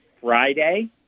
Friday